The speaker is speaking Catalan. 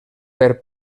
per